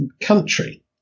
country